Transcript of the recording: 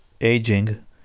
aging